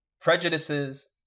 Prejudices